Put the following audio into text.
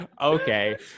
okay